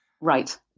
Right